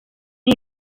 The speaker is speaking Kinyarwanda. uru